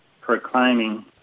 proclaiming